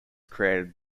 created